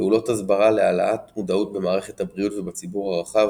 פעולות הסברה להעלאת מודעות במערכת הבריאות ובציבור הרחב,